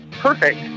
perfect